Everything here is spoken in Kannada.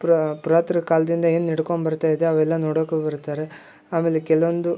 ಪ್ರ ಪುರಾತ್ನ್ ಕಾಲದಿಂದ ಏನು ನಡ್ಕೊಂಡ್ಬರ್ತಾ ಇದೆ ಅವೆಲ್ಲ ನೋಡೋಕ್ಕೂ ಬರ್ತಾರೆ ಆಮೇಲೆ ಕೆಲವೊಂದು